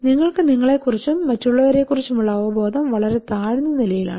നിങ്ങൾക്കു നിങ്ങളെ കുറിച്ചും മറ്റുള്ളവരെക്കുറിച്ചുമുള്ള അവബോധം വളരെ താഴ്ന്ന നിലയിലാണ്